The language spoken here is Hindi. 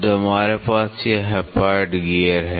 तो हमारे पास यह हाइपोइड गियर है